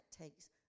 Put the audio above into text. takes